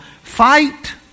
Fight